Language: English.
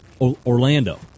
Orlando